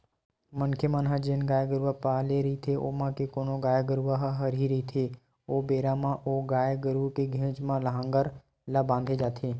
मनखे मन ह जेन गाय गरुवा पाले रहिथे ओमा के कोनो गाय गरुवा ह हरही रहिथे ओ बेरा म ओ गाय गरु के घेंच म लांहगर ला बांधे जाथे